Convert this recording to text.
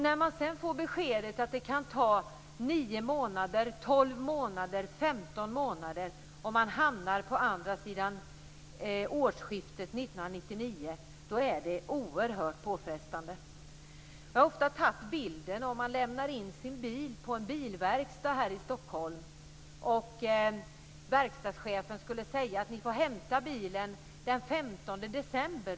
När man sedan får beskedet att det kan ta 9 månader, 12 månader, 15 månader och man hamnar på andra sidan årsskiftet 1999 är det oerhört påfrestande. Jag har ofta använt bilden att man lämnar in sin bil på en bilverkstad här i Stockholm, och verkstadschefen säger: Ni får hämta bilen den 15 december.